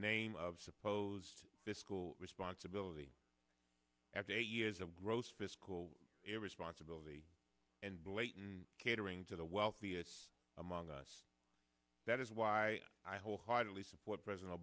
name of supposed fiscal responsibility after eight years of gross fiscal irresponsibility and blatant catering to the wealthiest among us that is why i wholeheartedly support president